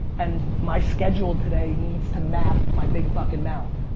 and my schedule today needs to map my big fucking mouth.